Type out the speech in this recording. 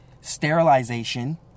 sterilization